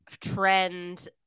trend